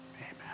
Amen